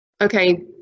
okay